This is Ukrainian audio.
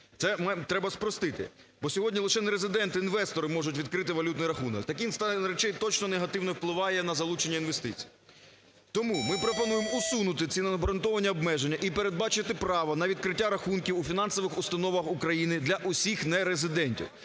нам треба спростити, бо сьогодні лише нерезиденти-інвестори можуть відкрити валютний рахунок. Такий стан речей точно негативно впливає на залучення інвестицій. Тому ми пропонуємо усунути ці необґрунтовані обмеження і передбачити право на відкриття рахунків у фінансових установах України для усіх нерезидентів.